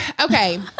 Okay